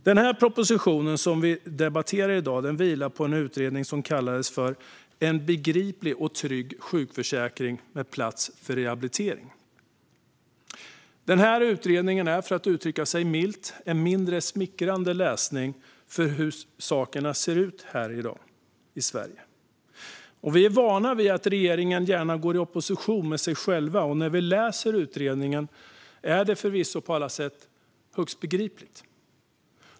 Den proposition som debatteras i dag vilar på utredningen En begriplig och trygg sjukförsäkring med plats för rehabilitering . Denna utredning är, för att uttrycka det milt, en mindre smickrande beskrivning av hur saker ser ut i Sverige i dag. Vi är vana vid att regeringen gärna går i opposition med sig själv, och när vi läser utredningen är det förvisso på alla sätt högst begripligt.